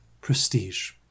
Prestige